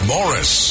Morris